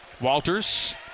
Walters